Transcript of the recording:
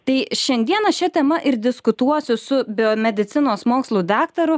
tai šiandieną šia tema ir diskutuosiu su biomedicinos mokslų daktaru